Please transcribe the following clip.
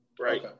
Right